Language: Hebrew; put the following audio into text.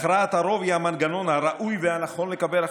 הכרעת הרוב היא המנגנון הראוי והנכון לקבל החלטות.